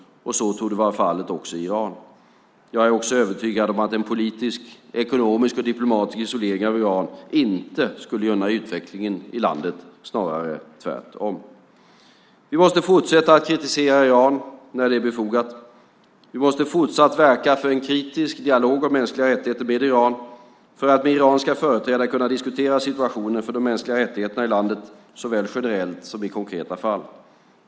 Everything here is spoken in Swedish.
Så torde vara fallet också i Iran. Jag är också övertygad om att en politisk, ekonomisk och diplomatisk isolering av Iran inte skulle gynna utvecklingen i landet, snarare tvärtom. Vi måste fortsätta att kritisera Iran när det är befogat. Vi måste fortsatt verka för en kritisk dialog om mänskliga rättigheter med Iran för att med iranska företrädare kunna diskutera situationen för de mänskliga rättigheterna i landet såväl generellt som i konkreta fall.